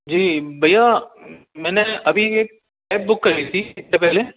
جی بھیا میں نے ابھی ایک کیب بک کری تھی ایک گھنٹہ پہلے